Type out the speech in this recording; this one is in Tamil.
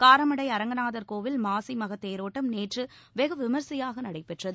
காரமடை அரங்கநாதர் கோயில் மாசிமக தேரோட்டம் நேற்று வெகுவிமிசையாக நடைபெற்றது